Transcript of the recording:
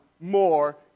more